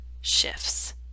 shifts